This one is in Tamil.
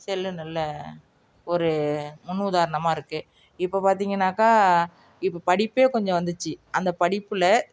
செல்லு நல்ல ஒரு முன் உதாரணமாக இருக்குது இப்போது பார்த்தீங்கன்னாக்கா இப்போ படிப்பே கொஞ்சம் வந்துச்சு அந்த படிப்பில்